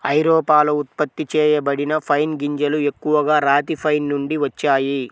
ఐరోపాలో ఉత్పత్తి చేయబడిన పైన్ గింజలు ఎక్కువగా రాతి పైన్ నుండి వచ్చాయి